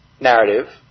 narrative